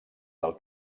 del